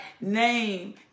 name